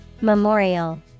Memorial